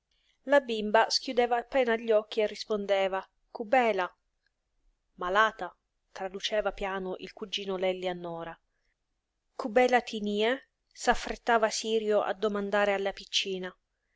la bimba schiudeva appena gli occhi e rispondeva kubèla malata traduceva piano il cugino lelli a nora kubela ti nie s'affrettava sirio a domandare alla piccina